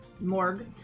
morgue